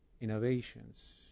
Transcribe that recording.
innovations